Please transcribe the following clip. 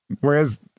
Whereas